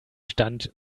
stand